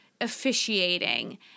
officiating